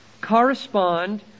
correspond